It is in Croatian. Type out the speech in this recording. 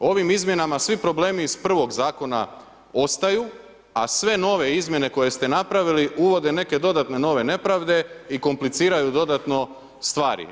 Ovim izmjenama svi problemi iz prvog Zakona ostaju, a sve nove izmjene koje ste napravili uvode neke dodatne nove nepravde i kompliciraju dodatno stvari.